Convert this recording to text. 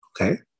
okay